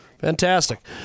Fantastic